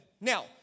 Now